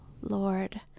lord